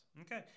Okay